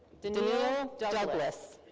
daneel douglas.